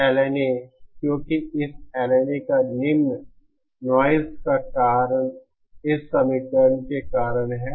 और यह LNA क्योंकि इस LNA का निम्न नॉइज़ का कारण इस समीकरण के कारण है